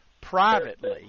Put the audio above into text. privately